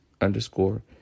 underscore